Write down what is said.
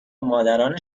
مادران